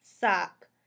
sock